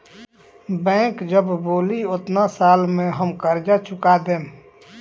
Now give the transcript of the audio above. bank जब बोली ओतना साल में हम कर्जा चूका देम